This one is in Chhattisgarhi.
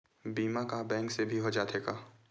बीमा का बैंक से भी हो जाथे का?